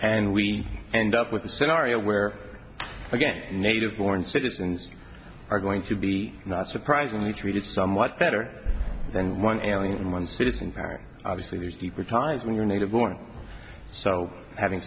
and we end up with a scenario where again native born citizens are going to be not surprisingly treated somewhat better than one and one citizen obviously there's deeper times when you're native born so having